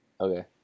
Okay